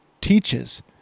teaches